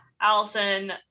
Allison